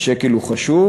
השקל הוא חשוב,